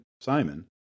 Simon